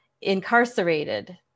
incarcerated